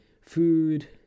food